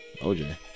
OJ